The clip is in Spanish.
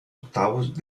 octavos